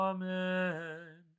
Amen